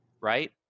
right